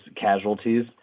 casualties